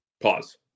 Pause